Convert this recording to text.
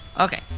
Okay